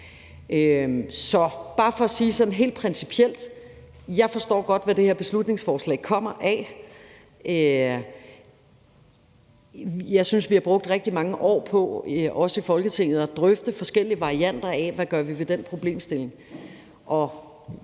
godt forstår, hvad det her beslutningsforslag kommer af. Jeg synes, vi har brugt rigtig mange år på også i Folketinget at drøfte forskellige varianter af, hvad vi gør ved den problemstilling,